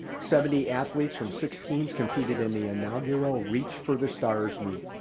seventy athletes from six teams competed in the inaugural reach for the stars meet.